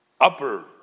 upper